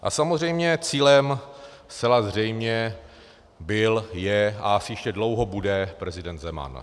A samozřejmě cílem zcela zřejmě byl, je a asi ještě dlouho bude prezident Zeman.